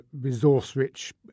resource-rich